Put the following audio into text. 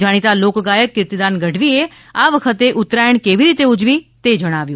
જાણીતા લોકગાયક કિર્તીદાન ગઢવીએ આ વખતે ઉત્તરાયણ કેવીરીતે ઉજવી તે જણાવ્યું